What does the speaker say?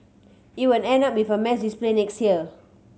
it will end up with a mass display next year